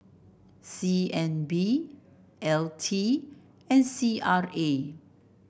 C N B L T and C R A